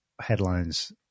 headlines